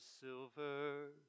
silver